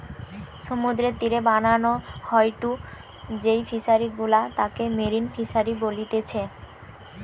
সমুদ্রের তীরে বানানো হয়ঢু যেই ফিশারি গুলা তাকে মেরিন ফিসারী বলতিচ্ছে